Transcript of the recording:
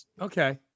Okay